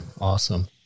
Awesome